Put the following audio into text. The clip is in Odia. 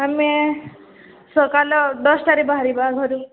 ଆମେ ସକାଲ ଦଶଟାରେ ବାହାରିବା ଘରୁ